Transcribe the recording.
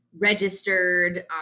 registered